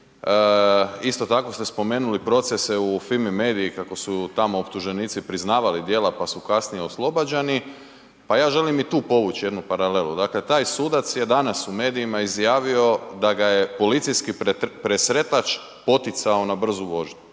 isto tako ste spomenuli procese u Fimi media-i kako su tamo optuženici priznavali djela pa su kasnije oslobađani, pa ja želim i tu povući jednu paralelu. Dakle taj sudac je danas u medijima izjavio da ga je policijski presretač poticao na brzu vožnju